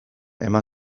eman